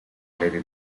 lady